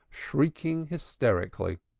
shrieking hysterically,